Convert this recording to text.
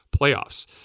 playoffs